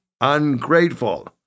ungrateful